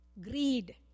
greed